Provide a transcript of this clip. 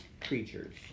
creatures